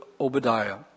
Obadiah